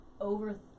over